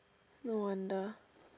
no wonder